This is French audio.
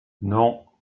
non